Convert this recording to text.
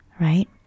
right